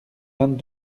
vingt